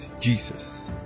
Jesus